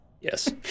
Yes